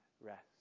rest